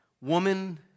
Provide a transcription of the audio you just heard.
Woman